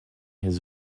his